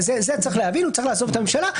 צריך להבין שהוא צריך לעזוב את הממשלה,